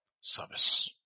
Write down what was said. Service